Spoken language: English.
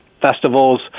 Festivals